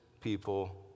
people